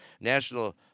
national